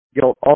guilt